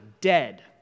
dead